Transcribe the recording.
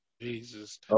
Jesus